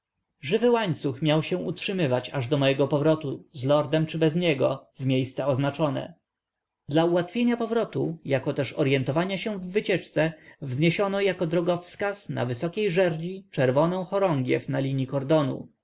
żywy łańcuch miał się utrzymywać aż do mojego powrotu z lordem czy bez niego w miejsce oznaczone dla ułatwienia powrotu jakoteż oryentowania się w wycieczce wzniesiono jako drogowskaz na wysokiej żerdzi czerwoną chorągiew na linii kordonu